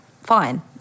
fine